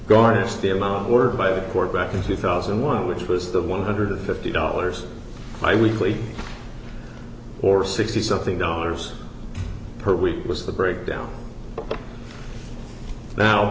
garnish the amount of work by the court back in two thousand and one which was the one hundred and fifty dollars my weekly or sixty something dollars per week was the breakdown now